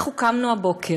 קמנו הבוקר,